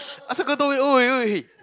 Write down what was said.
ask her go